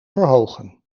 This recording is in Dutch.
verhogen